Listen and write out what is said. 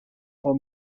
for